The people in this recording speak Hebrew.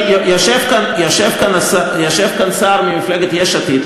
יושב כאן שר ממפלגת יש עתיד.